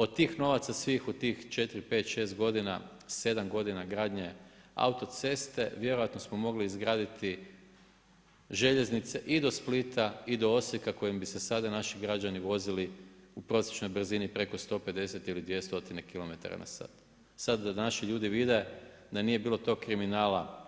Od tih novaca svih u tih 4, 5, 6, godina, 7 godina gradnje autoceste, vjerojatno smo mogli izgraditi željeznice i do Splita i do Osijeka kojim bi se sada naši građani vozili u prosječnoj brzini preko 150 ili 200km/h. Sad da naši ljudi vide, da nije bilo tog kriminala